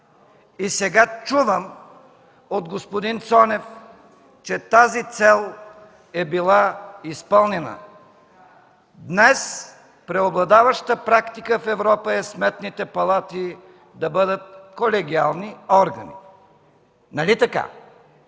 Сега чувам от господин Цонев, че тази цел е била изпълнена. (Реплики от ГЕРБ.) Днес преобладаваща практика в Европа е сметните палати да бъдат колегиални органи, нали така?